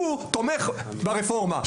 הוא תומך ברפורמה,